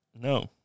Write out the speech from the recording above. No